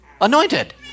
anointed